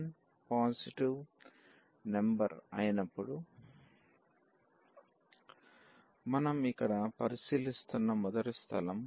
n positive number అయినప్పుడు మనం ఇక్కడ పరిశీలిస్తున్న మొదటి స్థలం